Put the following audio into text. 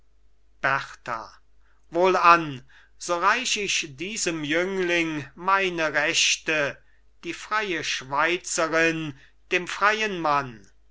berta wohlan so reich ich diesem jüngling meine rechte die freie schweizerin dem freien mann